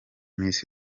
miss